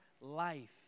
life